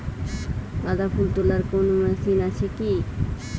গাঁদাফুল তোলার কোন মেশিন কি আছে?